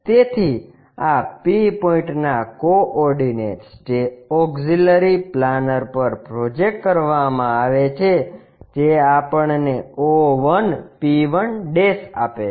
તેથી આ P પોઇન્ટના કોઓર્ડિનેટ્સ જે ઓક્ષીલરી પ્લાનર પર પ્રોજેક્ટ કરવામાં આવે છે જે આપણને o1 p1 આપે છે